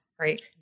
right